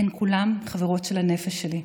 הן כולן חברות של הנפש שלי.